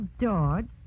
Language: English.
George